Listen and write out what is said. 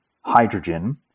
hydrogen